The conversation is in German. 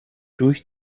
durch